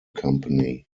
company